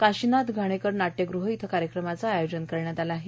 काशिनाथ घाणेकर नाट्यगृह येथे कार्यक्रमाचे आयोजन करण्यात आले आहे